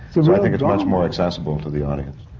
so but i think it's much more accessible to the audience.